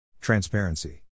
Transparency